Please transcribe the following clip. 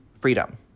freedom